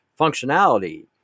functionality